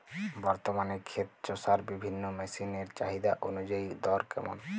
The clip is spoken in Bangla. বর্তমানে ক্ষেত চষার বিভিন্ন মেশিন এর চাহিদা অনুযায়ী দর কেমন?